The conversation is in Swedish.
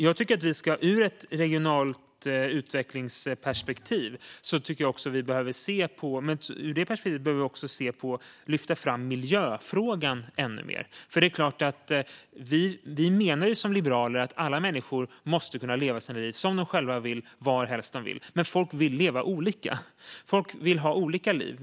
Jag tycker att vi ur ett regionalt utvecklingsperspektiv behöver lyfta fram miljöfrågan ännu mer. Vi liberaler menar ju att alla människor måste kunna leva sina liv som de själva vill varhelst de vill. Men folk vill leva olika. Folk vill ha olika liv.